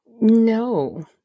No